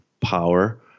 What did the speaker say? power